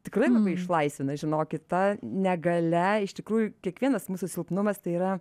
tikrai labai išlaisvina žinokit ta negalia iš tikrųjų kiekvienas mūsų silpnumas tai yra